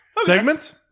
Segments